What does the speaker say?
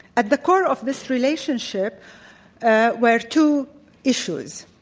at the core of this relationship were two issues.